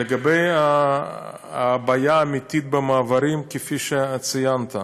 לגבי הבעיה האמיתית במעברים, כפי שציינת,